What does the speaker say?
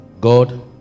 god